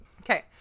Okay